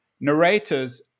narrators